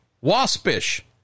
waspish